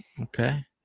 Okay